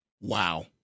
Wow